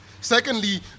Secondly